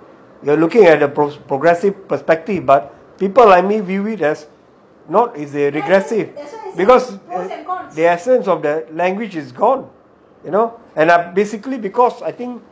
in the heat means you are looking at the progressive perspective but people like me view it as not is regressive because their sense of the language is gone you know and basically because I think